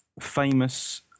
famous